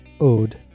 Ode